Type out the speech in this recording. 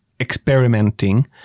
experimenting